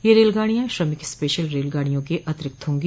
ये रेलगाड़ियां श्रमिक स्पेशल रेलगाड़ियों के अतिरिक्त होंगी